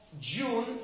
June